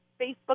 Facebook